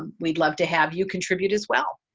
um we'd love to have you contribute as well.